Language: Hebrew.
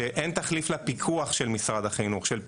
שאין תחליף לפיקוח של משרד החינוך, של פיקוח,